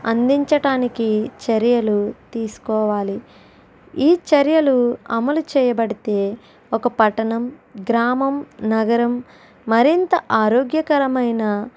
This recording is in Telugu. అందించటానికి చర్యలు తీసుకోవాలి ఈ చర్యలు అమలు చేయబడితే ఒక పట్టణం గ్రామం నగరం మరింత ఆరోగ్యకరమైన